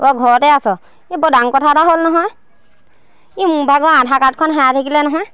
অঁ ঘৰতে আছ এই বৰ ডাঙৰ কথা এটা হ'ল নহয় ই মোৰ ভাগৰ আধাৰ কাৰ্ডখন হেৰাই থাকিলে নহয়